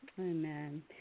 Amen